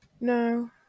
No